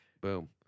boom